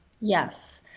Yes